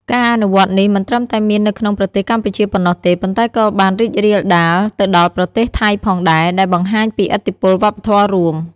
ការអនុវត្តនេះមិនត្រឹមតែមាននៅក្នុងប្រទេសកម្ពុជាប៉ុណ្ណោះទេ ប៉ុន្តែក៏បានរីករាលដាលទៅដល់ប្រទេសថៃផងដែរ ដែលបង្ហាញពីឥទ្ធិពលវប្បធម៌រួម។